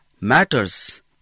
matters